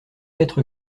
être